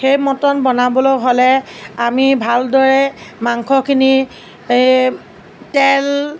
সেই মাটন বনাবলৈ হ'লে আমি ভালদৰে মাংসখিনি তেল